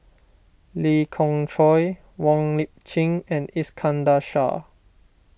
Lee Khoon Choy Wong Lip Chin and Iskandar Shah